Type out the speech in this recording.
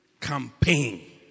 campaign